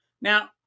Now